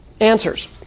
answers